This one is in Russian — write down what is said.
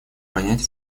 понять